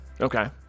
Okay